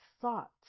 thoughts